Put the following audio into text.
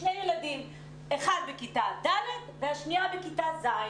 כשהאחד מהם בכיתה ד' והשנייה בכיתה ז',